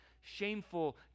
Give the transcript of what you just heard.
shameful